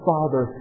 Father